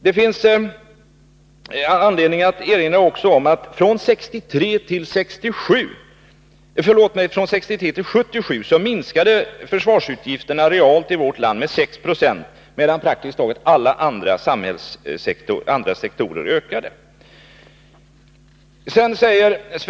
Det finns anledning att också erinra om att försvarsutgifterna i vårt land från 1963 till 1977 minskade realt med 6 96, medan utgifterna för praktiskt taget alla andra sektorer ökade.